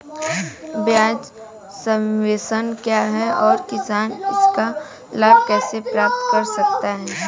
ब्याज सबवेंशन क्या है और किसान इसका लाभ कैसे प्राप्त कर सकता है?